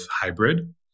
hybrid